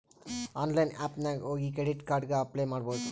online app ನಾಗ್ ಹೋಗಿ credit card ಗ ಅಪ್ಲೈ ಮಾಡ್ಬೋದು